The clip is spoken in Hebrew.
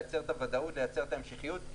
לייצר ודאות והמשכיות.